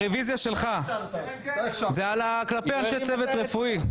הרביזיה שלך, זה על ה --- כלפי אנשי צוות רפואי.